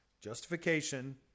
Justification